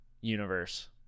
universe